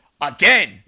Again